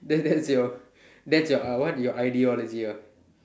that that's your that's your uh what your ideology ah